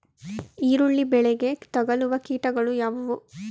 ಈರುಳ್ಳಿ ಬೆಳೆಗೆ ತಗಲುವ ಕೀಟಗಳು ಯಾವುವು?